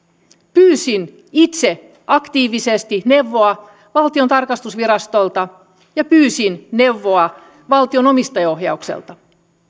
pyysin itse aktiivisesti neuvoa valtion tarkastusvirastolta ja pyysin neuvoa valtion omistajaohjaukselta